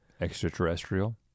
Extraterrestrial